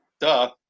Duh